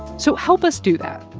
so help us do that.